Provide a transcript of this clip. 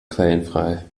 quellenfrei